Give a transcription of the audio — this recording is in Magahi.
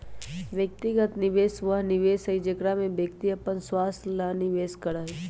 व्यक्तिगत निवेश वह निवेश हई जेकरा में व्यक्ति अपन स्वार्थ ला निवेश करा हई